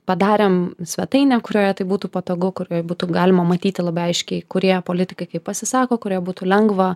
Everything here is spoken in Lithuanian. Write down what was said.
padarėm svetainę kurioje tai būtų patogu kurioje būtų galima matyti labai aiškiai kurie politikai kaip pasisako kurioje būtų lengva